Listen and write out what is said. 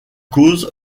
cause